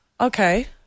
Okay